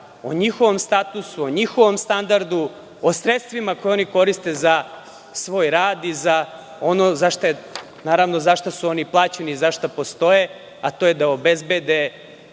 o njihovom statusu, o njihovom standardu, o sredstvima koje oni koriste za svoj rad i za ono za šta su oni plaćeni, za šta postoje, a to je da obezbede